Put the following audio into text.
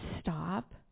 stop